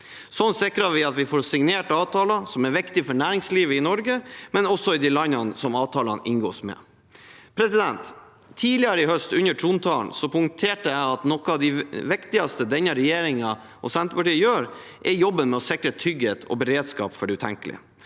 Sånn sikrer vi at vi får signert avtaler som er viktige for næringslivet i Norge, men også for de landene avtalene inngås med. Tidligere i høst, under trontaledebatten, poengterte jeg at noe av det viktigste denne regjeringen og Senterpartiet gjør, er jobben med å sikre trygghet og beredskap for det utenkelige,